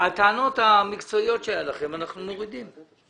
הטענות המקצועיות שהיו לכם, אנחנו מורידים.